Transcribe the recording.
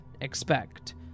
expect